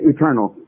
Eternal